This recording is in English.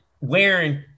wearing